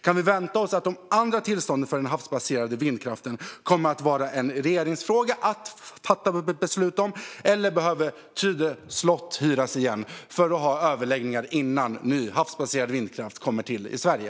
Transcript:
Kan vi vänta oss att de andra tillstånden för den havsbaserade vindkraften kommer att vara en fråga för regeringen att fatta beslut om, eller behöver Tidö slott hyras igen för att man ska ha överläggningar innan ny havsbaserad vindkraft kommer till i Sverige?